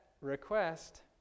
request